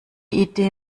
idee